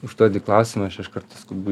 užduodi klausimą aš iš karto skubu